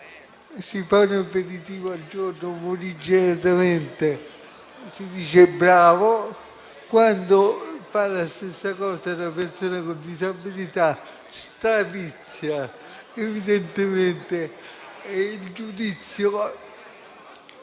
se fa un aperitivo al giorno morigeratamente, si dice "bravo"; quando però la stessa cosa la fa una persona con disabilità allora stravizia: evidentemente, il giudizio